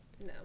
no